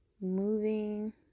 moving